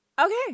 Okay